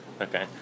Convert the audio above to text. Okay